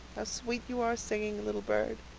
sweet you are singing, little bird.